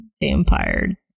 vampire